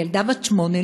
ילדה בת שמונה,